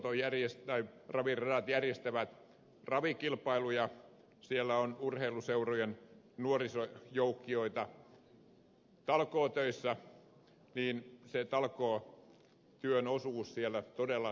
esimerkiksi kun raviradat järjestävät ravikilpailuja ja siellä on urheiluseurojen nuorisojoukkioita talkootöissä se talkootyön osuus siellä todella säilytettäisiin